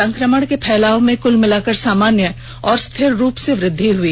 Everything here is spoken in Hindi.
संक्रमण के फैलाव में कुल मिलाकर सामान्य और स्थिर रूप से वृद्धि हुई